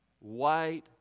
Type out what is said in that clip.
white